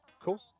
Cool